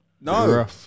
no